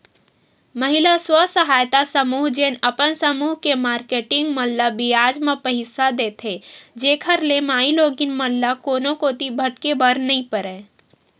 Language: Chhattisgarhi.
महिला स्व सहायता समूह जेन अपन समूह के मारकेटिंग मन ल बियाज म पइसा देथे, जेखर ले माईलोगिन मन ल कोनो कोती भटके बर नइ परय